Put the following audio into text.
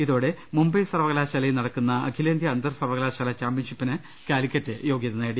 ഇതോടെ മുംബൈ സർവകലാശാലയിൽ നടക്കുന്ന അഖിലേന്തൃാ അന്തർ സർവകലാശാലാ ചാമ്പൃൻഷിപ്പിന് കാലിക്കറ്റ് യോഗ്യത നേടി